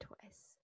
twice